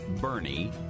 Bernie